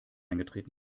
eingetreten